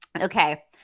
Okay